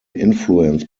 influence